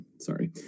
Sorry